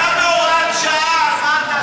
זה היה בהוראת שעה, בחייך.